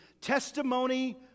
testimony